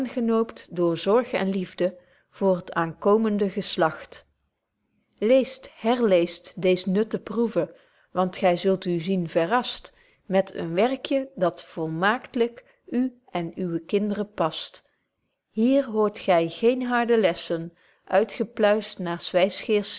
aangenoopt door zorg en liefde voor t aankomende geslagt leest herleest deez nutte proeve want gy zult u zien verrascht met een werkje dat volmaaktlyk u en uwe kind'ren past hier hoort gy geen harde lessen